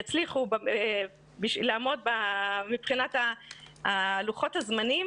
יצליחו לעמוד מבחינת לוחות הזמנים,